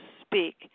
speak